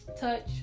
touch